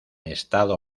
estado